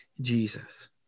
Jesus